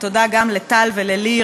תודה גם לטל ולליר,